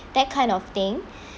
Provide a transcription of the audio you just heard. that kind of thing